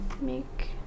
make